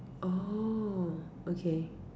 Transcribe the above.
oh okay